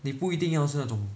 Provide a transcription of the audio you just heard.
你不一定要是那种